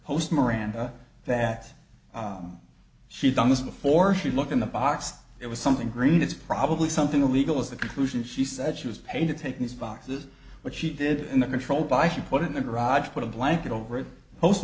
host miranda that she'd done this before she looked in the box it was something green it's probably something illegal is the conclusion she said she was paid to take these boxes but she did it in a controlled by she put it in the garage put a blanket over it host